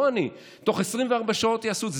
לא אני: תוך 24 שעות יעשו את זה.